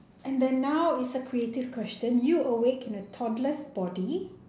and then now is a creative question you awake in a toddlers body